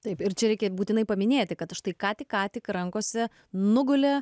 taip ir čia reikia būtinai paminėti kad štai ką tik ką tik rankose nugulė